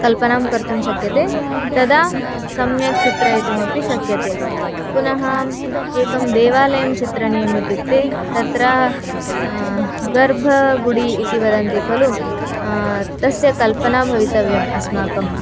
कल्पनां कर्तुं शक्यते तदा सम्यक् चित्रयितुमपि शक्यते पुनः एकं देवालयं चित्रणीयम् इत्युक्ते तत्र गर्भगुडि इति वदन्ति खलु तस्य कल्पना भवितव्या अस्माकं